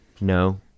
No